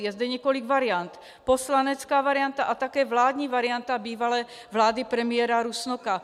Je zde několik variant poslanecká varianta a také vládní varianta bývalé vlády premiéra Rusnoka.